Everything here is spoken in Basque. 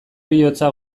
heriotza